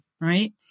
Right